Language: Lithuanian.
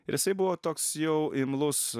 ir jisai buvo toks jau imlus